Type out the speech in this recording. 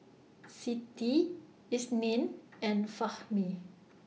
Siti Isnin and Fahmi